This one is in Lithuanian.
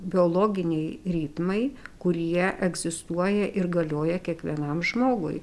biologiniai ritmai kurie egzistuoja ir galioja kiekvienam žmogui